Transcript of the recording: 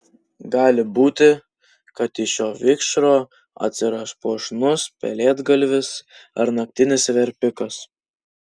gali būti kad iš šio vikšro atsiras puošnus pelėdgalvis ar naktinis verpikas